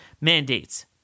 mandates